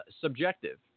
subjective